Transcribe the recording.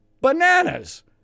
bananas